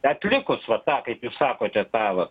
atlikus va tą kaip jūs sakote tą va